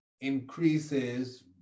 increases